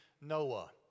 Noah